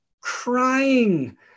crying